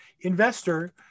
investor